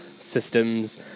systems